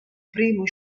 primo